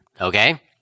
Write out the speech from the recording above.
okay